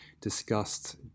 discussed